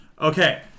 okay